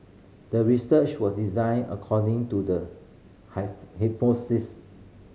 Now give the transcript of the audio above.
the research was designed according to the hypothesis